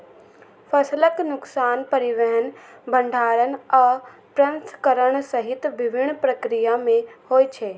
फसलक नुकसान परिवहन, भंंडारण आ प्रसंस्करण सहित विभिन्न प्रक्रिया मे होइ छै